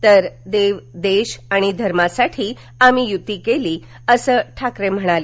तर देव देश आणि धर्मासाठी आम्ही यूती केली असं ठाकरे म्हणाले